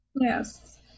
Yes